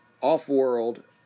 off-world